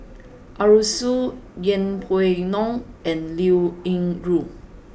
Arasu Yeng Pway Ngon and Liao Yingru